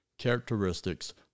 characteristics